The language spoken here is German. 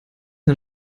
ein